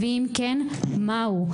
ואם כן, מהו?